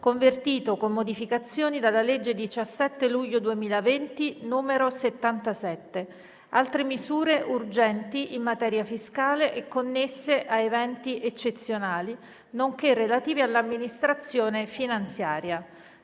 convertito, con modificazioni, dalla legge 17 luglio 2020, n. 77, altre misure urgenti in materia fiscale e connesse a eventi eccezionali, nonché relative all'amministrazione finanziaria,